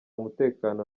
mutekano